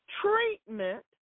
Treatment